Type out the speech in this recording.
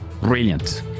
Brilliant